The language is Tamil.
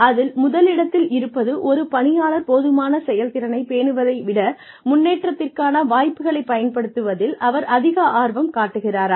அதில் முதலிடத்தில் இருப்பது ஒரு பணியாளர் போதுமான செயல்திறனைப் பேணுவதை விட முன்னேற்றத்திற்கான வாய்ப்புகளைப் பயன்படுத்துவதில் அவர் அதிக ஆர்வம் காட்டுகிறாரா